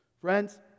Friends